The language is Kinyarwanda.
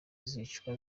zicwa